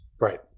Right